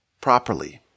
properly